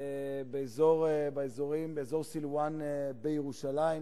באזורים, באזור סילואן בירושלים,